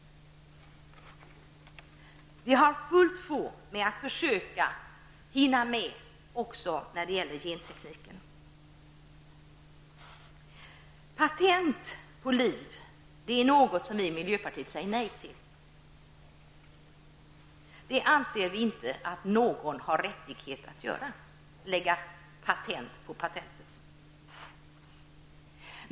Vi har fullt sjå att försöka hinna med också när det gäller gentekniken. Patent på liv är någonting som vi i miljöpartiet säger nej till: Vi anser inte att någon har rättighet att få patent på liv.